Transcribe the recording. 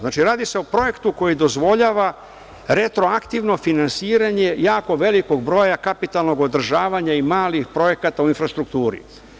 Znači, radi se o projektu koji dozvoljava retroaktivno finansiranje jako velikog broja kapitalnog održavanja i malih projekata u infrastrukturi.